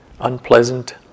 unpleasant